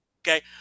Okay